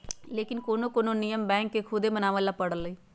लेकिन कोनो कोनो नियम बैंक के खुदे बनावे ला परलई